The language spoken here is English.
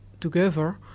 together